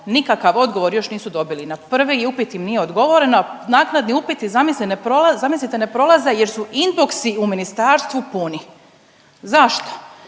nikakav odgovor još nisu dobili. Na prvi put im nije odgovoreno, a naknadni upiti, zamislite, ne prolaze jer su inboxi u ministarstvu puni. Zašto?